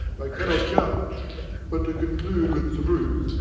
i cannot iudge but to conclude with truth,